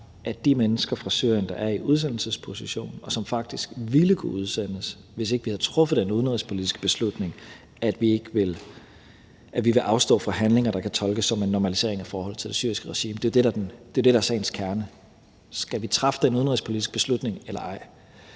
er de mennesker fra Syrien, der er i udsendelsesposition, og som faktisk ville kunne udsendes, hvis vi ikke havde truffet den udenrigspolitiske beslutning, at vi vil afstå fra handlinger, der kan tolkes som en normalisering af forholdet til det syriske regime. Det er det, der er sagens kerne. Skal vi træffe den udenrigspolitiske beslutning eller ej?